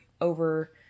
over